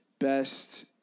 Best